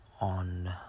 on